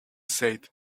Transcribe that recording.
said